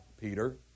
Peter